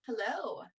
Hello